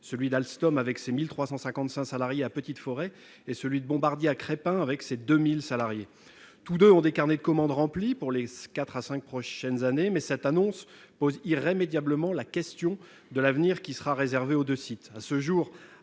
celui d'Alstom, avec ses 1 355 salariés, à Petite-Forêt, et celui de Bombardier, à Crespin, qui compte 2 000 salariés. Tous deux ont leurs carnets de commandes remplis pour les quatre à cinq prochaines années, mais cette annonce pose irrémédiablement la question de l'avenir qui sera réservé aux deux sites.